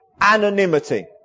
anonymity